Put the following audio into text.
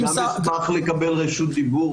אני גם אשמח לקבל רשות דיבור,